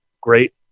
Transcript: great